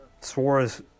Suarez